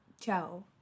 Ciao